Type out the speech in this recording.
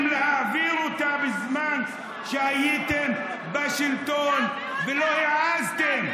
להעביר אותה בזמן שהייתם בשלטון ולא העזתם,